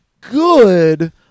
good